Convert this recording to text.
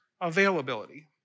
Availability